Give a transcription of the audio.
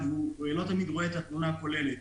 והוא לא תמיד רואה את התמונה הכוללת.